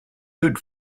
food